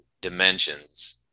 dimensions